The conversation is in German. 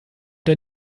der